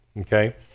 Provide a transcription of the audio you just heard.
okay